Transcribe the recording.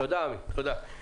עמי, תודה.